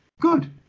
Good